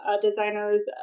designers